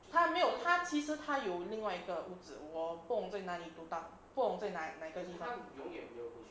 他没有他其实他有另外一个屋子我不懂在哪里读到不懂再在哪一个地方